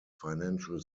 financial